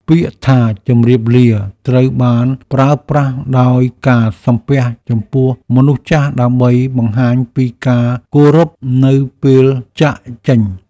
ពាក្យថាជម្រាបលាត្រូវបានប្រើប្រាស់ដោយការសំពះចំពោះមនុស្សចាស់ដើម្បីបង្ហាញពីការគោរពនៅពេលចាកចេញ។